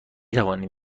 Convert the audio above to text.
توانیم